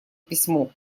письмо